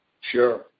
Sure